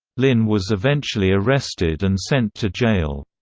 lynn was eventually arrested and sent to jail.